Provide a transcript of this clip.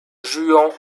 juan